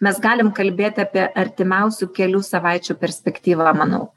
mes galim kalbėti apie artimiausių kelių savaičių perspektyvą manau